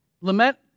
Lament